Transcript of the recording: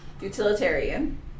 Utilitarian